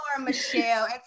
Michelle